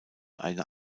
eine